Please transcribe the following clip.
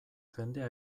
jendea